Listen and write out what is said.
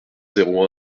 zéro